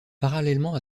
parallèlement